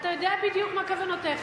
אתה יודע בדיוק מה כוונותיך,